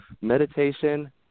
meditation